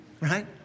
Right